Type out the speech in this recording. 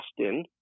Austin